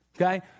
okay